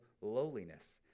lowliness